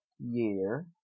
Year